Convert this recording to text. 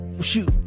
Shoot